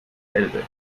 elbe